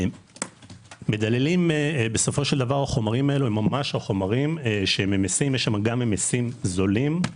המדללים, יש שם גם ממיסים זולים,